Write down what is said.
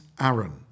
Aaron